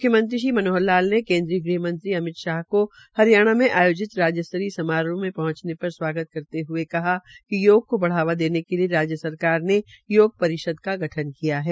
म्ख्यमंत्री मनोहर लाल ने केंद्रीय गृह मंत्री अमित शाह को हरियाणा में आयोजित राज्य स्तरीय समारोह में पहूंचने पर स्वागत करते हुए कहा कि योग को बढ़ावा देने के लिए राज्य सरकार ने योग परिषद का गठन किया है